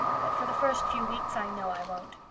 but for the first few weeks i know i won't.